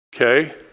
okay